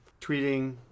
tweeting